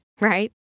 right